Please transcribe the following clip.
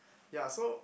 ya so